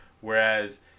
whereas